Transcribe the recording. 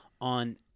on